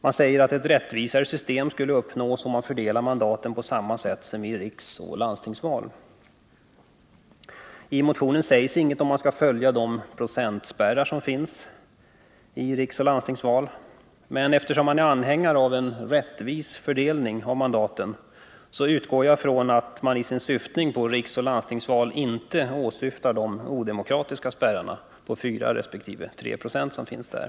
Man säger att ett rättvisare system skulle uppnås om mandaten fördelades på samma sätt som i riksdagseller landstingsval. I motionen sägs inget om procentspärrar, men eftersom man önskar en rättvis fördelning av mandaten utgår jag från att man i sitt åberopande av riksdagsoch landstingsval inte åsyftar de odemokratiska spärrar på 4 resp. 3 Zo som finns där.